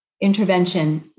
intervention